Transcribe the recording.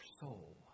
soul